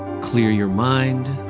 clear your mind.